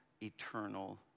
eternal